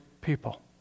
people